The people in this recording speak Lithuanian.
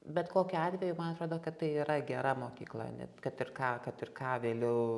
bet kokiu atveju man atrodo kad tai yra gera mokykla net kad ir ką kad ir ką vėliau